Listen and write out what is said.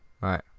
right